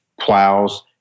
plows